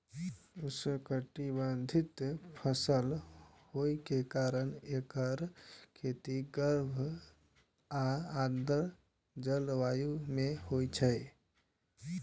उष्णकटिबंधीय फसल होइ के कारण एकर खेती गर्म आ आर्द्र जलवायु मे होइ छै